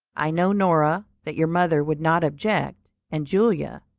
i know, nora, that your mother would not object, and julia,